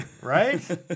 right